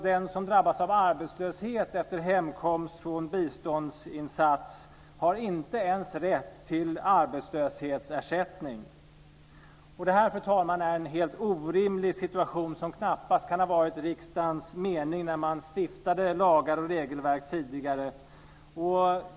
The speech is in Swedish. Den som drabbas av arbetslöshet efter hemkomst från en biståndsinsats har inte ens rätt till arbetslöshetsersättning. Fru talman! Det här är en helt orimlig situation som knappast kan ha varit riksdagens mening när man tidigare stiftade lagar och regelverk.